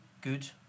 good